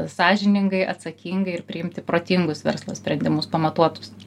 sąžiningai atsakingai ir priimti protingus verslo sprendimus pamatuotus